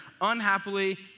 unhappily